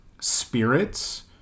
spirits